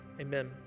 Amen